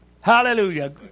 Hallelujah